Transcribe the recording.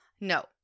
No